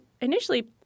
initially